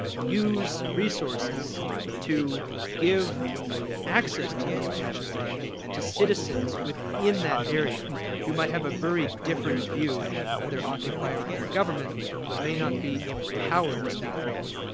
use resources to give access to the information environment to citizens within that area who might have a very different view of the occupier or government but may not be empowered to speak freely.